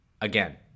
again